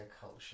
culture